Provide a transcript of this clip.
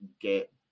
get